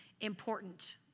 important